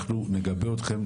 אנחנו נגבה אתכם,